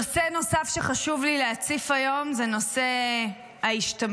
נושא נוסף שחשוב לי להציף היום זה נושא ההשתמטות.